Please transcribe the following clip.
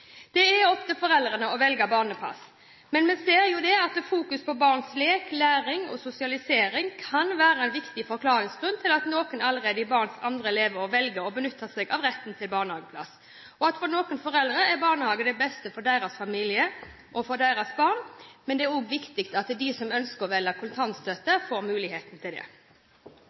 Det er opp til foreldrene å velge barnepass, men vi ser at fokuset på barns lek, læring og sosialisering kan være en viktig forklaringsgrunn for at noen allerede i barns andre leveår velger å benytte seg av retten til barnehageplass. For noen foreldre er barnehage det beste for deres familie og for deres barn, men det er også viktig at de som ønsker å velge kontantstøtte, får muligheten til det.